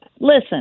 Listen